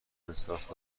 انصراف